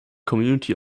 community